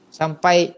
sampai